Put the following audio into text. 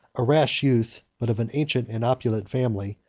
a rash youth, but of an ancient and opulent family,